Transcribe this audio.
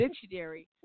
dictionary